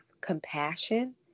compassion